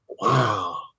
Wow